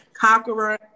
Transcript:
Conqueror